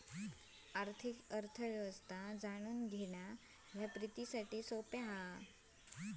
आर्थिक अर्थ व्यवस्था जाणून घेणा प्रितीसाठी सोप्या हा